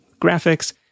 graphics